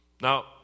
Now